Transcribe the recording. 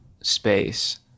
space